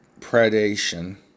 predation